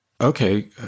okay